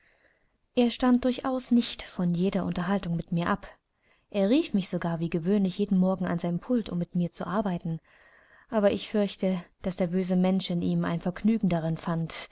er stand durchaus nicht von jeder unterhaltung mit mir ab er rief mich sogar wie gewöhnlich jeden morgen an sein pult um mit ihm zu arbeiten aber ich fürchte daß der böse mensch in ihm ein vergnügen darin fand